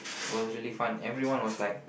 it was really fun everyone was like